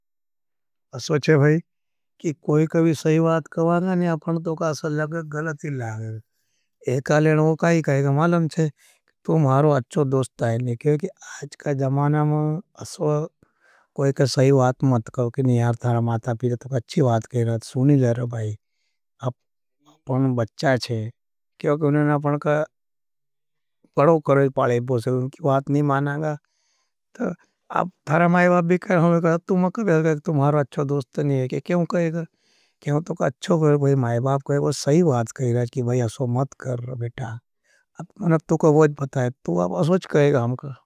अस्वाचे भाई, कि कोई कभी सही वात कवा नाने, आपने तो का असल लगे, गलती लगे। एकालेन वो काही कहा, मालंचे, तु मारो अच्छो दोस्ट आईने कहो। कि आजका जमाना में अस्वा कोई का सही वात मत कहो, तु मारो अच्छो दोस्ट नहीं है। कि आजका जमाना में अस्वा कोई का सही वात कहर नाने, तु मारो अच्छो दोस्ट नहीं है। आजका जमाना में अस्वा कोई का सही वात कहर नाने। तु मारो अच्छो दोस्ट नहीं है, कि आजका जमाना में अस्वा।